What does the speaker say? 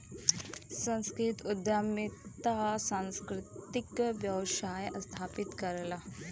सांस्कृतिक उद्यमिता सांस्कृतिक व्यवसाय स्थापित करला